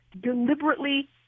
deliberately